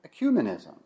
ecumenism